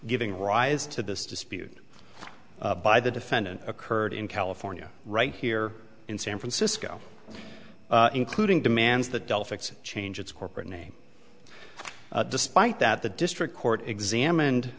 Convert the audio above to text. giving rise to this dispute by the defendant occurred in california right here in san francisco including demands that dell fix it change its corporate name despite that the district court examined